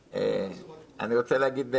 אני רוצה להגיד: